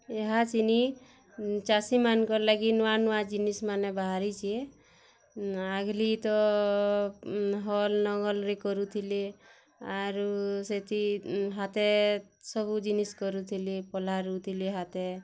ଏହା ଚିନି ଚାଷୀମାନଙ୍କର୍ ଲାଗି ନୂଆ ନୂଆ ଜିନିଷ୍ ମାନେ ବାହାରିଚି ଆଗଲି ତ ହଲ୍ ଲଙ୍ଗ୍ଲରେ କରୁଥିଲେ ଆରୁ ସେତି ହାତେ ସବୁ ଜିନିଷ୍ କରୁଥିଲେ ପଲ୍ହା ରୋଉଥିଲେ ହାତେ